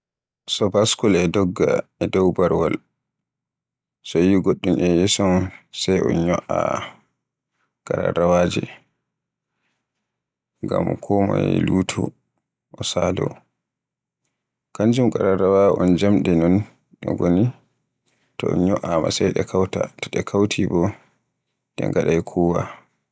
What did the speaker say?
So baskul e dogga e dow barwal, soyi goɗɗum e yeso mun sai un nyo'a ngam konmoye sun luta oo saalo. Kanjum ƙararrawa un jamɗe non ɗe ngoni, so un ñyo'ama sey ɗe kawta, so ɗe kawti bo ɗe ngaɗay kuwa.